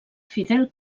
fidel